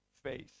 Faith